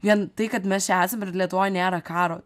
vien tai kad mes čia esam ir lietuvoj nėra karo